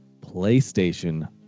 PlayStation